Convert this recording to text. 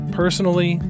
personally